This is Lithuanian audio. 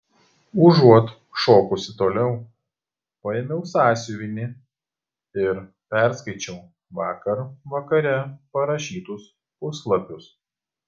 užuot šokusi toliau paėmiau sąsiuvinį ir perskaičiau vakar vakare parašytus puslapius